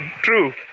True